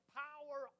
power